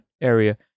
area